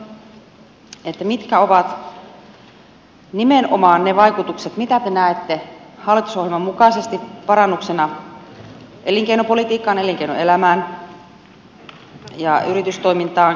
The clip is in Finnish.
mitkä ovat nimenomaan ne vaikutukset mitä te näette hallitusohjelman mukaisesti parannuksena elinkeinopolitiikkaan elinkeinoelämään ja ehkä yritystoimintaankin